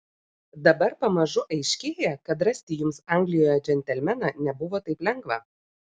dabar pamažu aiškėja kad rasti jums anglijoje džentelmeną nebuvo taip lengva